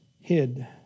hid